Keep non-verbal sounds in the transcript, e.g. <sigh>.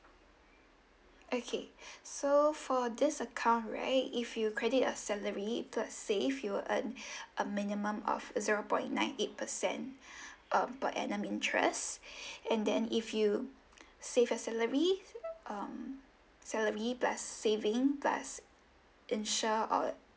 okay <breath> so for this account right if you credit a salary plus save you will earn <breath> a minimum of uh zero point nine eight percent <breath> um per annum interest <breath> and then if you save your salary um salary plus saving plus and insure or